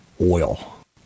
oil